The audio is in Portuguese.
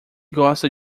gosta